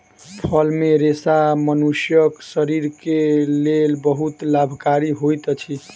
फल मे रेशा मनुष्यक शरीर के लेल बहुत लाभकारी होइत अछि